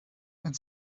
and